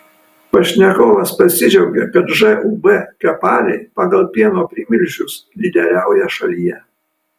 pašnekovas pasidžiaugė kad žūb kepaliai pagal pieno primilžius lyderiauja šalyje